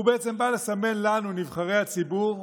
הוא בא לסמן לנו, נבחרי הציבור,